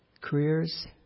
careers